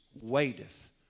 waiteth